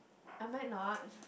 am I not